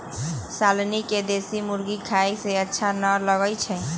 शालनी के देशी मुर्गी खाए में अच्छा न लगई छई